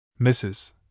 Mrs